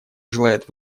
желает